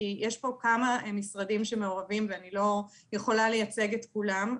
כי יש פה כמה משרדים שמעורבים ואני לא יכולה לייצג את כולם.